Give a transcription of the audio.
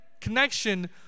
connection